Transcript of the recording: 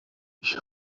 ich